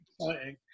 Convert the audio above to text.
exciting